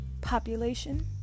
population